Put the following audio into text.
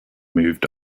moved